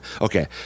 Okay